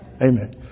Amen